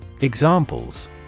Examples